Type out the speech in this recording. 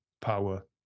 power